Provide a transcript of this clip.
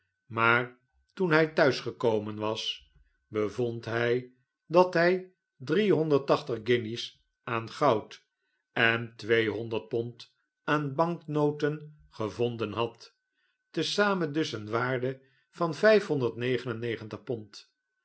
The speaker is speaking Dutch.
jozep qkimaldi hij thuis gekomen was bevond hij dat hij guinjes aan goud en tweehonderd pond aan banknoten gevonden had te zamen dus eene waarde van